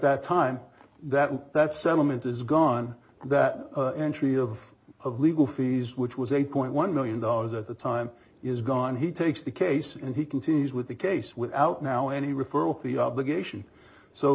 that time that that settlement is gone that entry of of legal fees which was eight point one million dollars at the time is gone he takes the case and he continues with the case without now any referral the obligation so